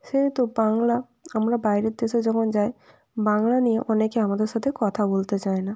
সেহেতু বাংলা আমরা বাইরের দেশে যখন যাই বাংলা নিয়ে অনেকে আমাদের সাথে কথা বলতে চায় না